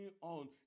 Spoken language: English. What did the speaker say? on